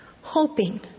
hoping